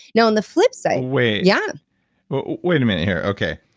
now, on the flip side wait yeah but wait a minute here. okay.